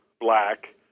black